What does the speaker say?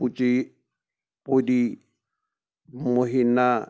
پُچی پُری موہِنا